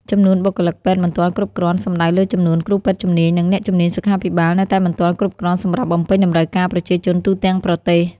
ចំនួនបុគ្គលិកពេទ្យមិនទាន់គ្រប់គ្រាន់ សំដៅលើចំនួនគ្រូពេទ្យជំនាញ និងអ្នកជំនាញសុខាភិបាលនៅតែមិនទាន់គ្រប់គ្រាន់សម្រាប់បំពេញតម្រូវការប្រជាជនទូទាំងប្រទេស។